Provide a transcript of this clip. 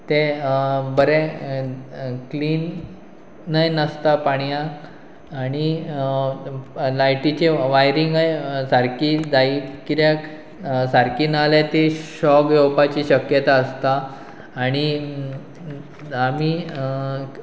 ते बरें क्लीनय नासता पाणयक आनी लायटीचे वायरिंगय सारकी जाय कित्याक सारकी नाल्या ती शॉक येवपाची शक्यता आसता आनी आमी